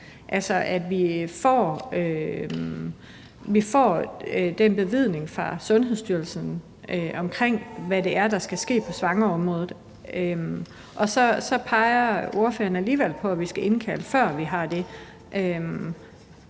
altså at vi får det vidnesbyrd fra Sundhedsstyrelsen om, hvad det er, der skal ske på svangreområdet – så peger ordføreren alligevel på, at vi skal indkalde, før vi har det.